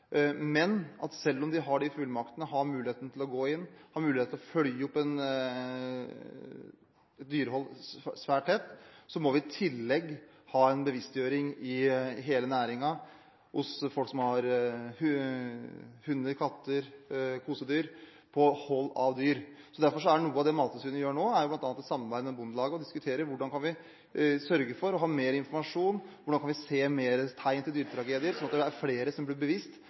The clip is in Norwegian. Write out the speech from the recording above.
men selv om de har disse fullmaktene, har mulighet til å gå inn, har mulighet til å følge opp et dyrehold svært tett, så må vi i tillegg ha en bevisstgjøring i hele næringen – og hos folk som har hunder, katter, kosedyr – på hold av dyr. Så derfor er noe av det Mattilsynet gjør nå, bl.a. å samarbeide med Bondelaget og diskutere hvordan vi kan sørge for å få mer informasjon, hvordan vi kan se mer tegn til dyretragedier, slik at vi er flere som blir